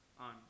on